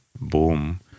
boom